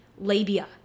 labia